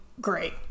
Great